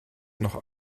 noch